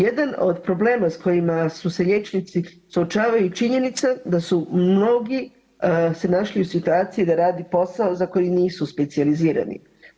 Jedan od problema sa kojima su se liječnici suočavali je činjenica da su mnogi se našli u situaciji da radi posao za koji nisu specijalizirani.